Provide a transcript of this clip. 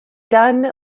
done